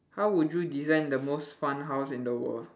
how would you design the most fun house in the world